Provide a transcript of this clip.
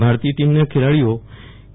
ભારતીય ટીમના ખેલાડીઓ કે